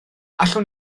allwn